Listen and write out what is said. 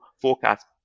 forecast